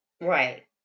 Right